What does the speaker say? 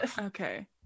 okay